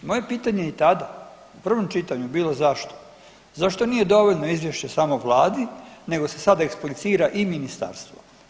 Moje pitanje i tada u prvom čitanju bilo zašto, zašto nije dovoljno izvješće samo Vladi nego se sad eksplicira i ministarstvo?